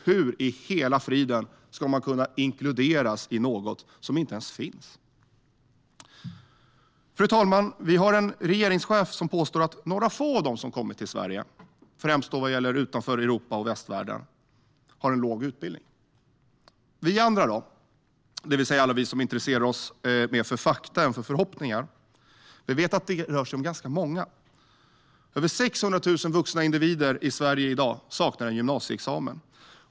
Hur i hela friden ska man inkluderas i något som inte ens finns? Fru talman! Vi har en regeringschef som påstår att några få av dem som kommer till Sverige, främst från utanför Europa och västvärlden, har en låg utbildning. Vi andra, det vill säga alla vi som intresserar oss mer för fakta än för förhoppningar, vet att det rör sig om ganska många. Över 600 000 vuxna individer i Sverige i dag saknar gymnasieexamen.